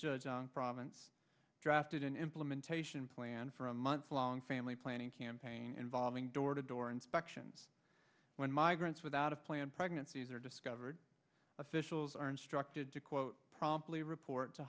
and province drafted an implementation plan for a month long family planning campaign involving door to door inspections when migrants without a planned pregnancies are discovered officials are instructed to quote promptly report to